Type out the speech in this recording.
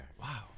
Wow